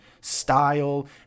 style